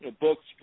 books